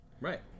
Right